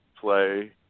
play